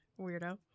weirdo